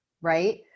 right